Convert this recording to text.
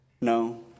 No